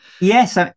yes